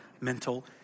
mental